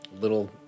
little